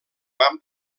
van